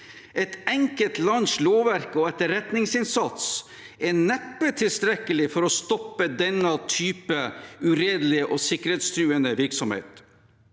Et enkelt lands lovverk og etterretningsinnsats er neppe tilstrekkelig for å stoppe denne typen uredelig og sikkerhetstruende virksomhet.